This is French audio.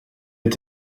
est